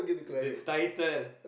the the title